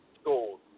School